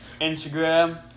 Instagram